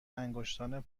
انگشتان